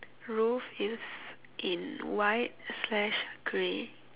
roof is in white slash grey